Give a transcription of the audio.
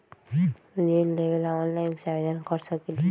ऋण लेवे ला ऑनलाइन से आवेदन कर सकली?